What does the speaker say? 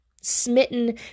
smitten